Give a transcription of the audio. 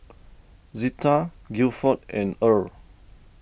Zetta Gilford and Earle